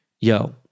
yo